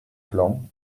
plan